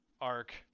arc